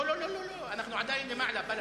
אנחנו עוברים להצבעה שמית על